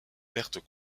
pertes